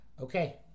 Okay